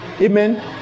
Amen